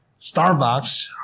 Starbucks